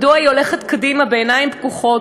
מדוע היא הולכת קדימה בעיניים פקוחות